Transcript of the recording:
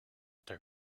their